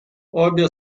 обе